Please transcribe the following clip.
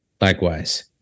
likewise